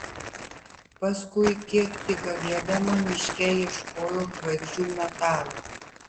paskui kiek tik galėdama miške ieškojau žvaigždžių metalo